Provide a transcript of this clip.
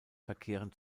verkehren